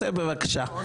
בבקשה.